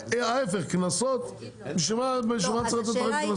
ההיפך, קנסות בשביל מה צריך לתת לכם קנסות?